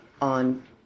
on